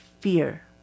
fear